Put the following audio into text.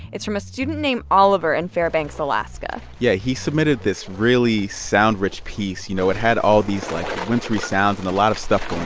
it's from a student named oliver in and fairbanks, alaska yeah, he submitted this really sound-rich piece. you know, it had all these, like, wintery sounds and a lot of stuff